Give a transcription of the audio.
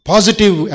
Positive